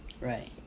right